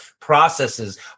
processes